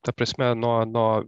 ta prasme nuo nuo